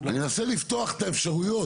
אני מנסה לפתוח את האפשרויות,